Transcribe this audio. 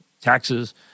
taxes